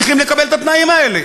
צריכים לקבל את התנאים האלה